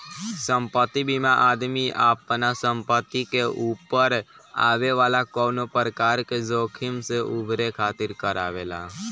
संपत्ति बीमा आदमी आपना संपत्ति के ऊपर आवे वाला कवनो प्रकार के जोखिम से उभरे खातिर करावेला